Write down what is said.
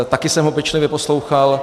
Taky jsem ho pečlivě poslouchal...